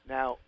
Now